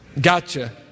Gotcha